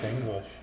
English